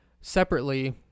separately